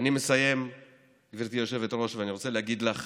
אני מסיים גברתי היושבת-ראש, ואני רוצה להגיד לך